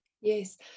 Yes